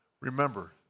remember